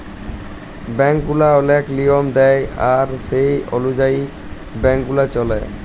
bank গুলা ওলেক লিয়ম দেয় আর সে অলুযায়ী ব্যাংক গুলা চল্যে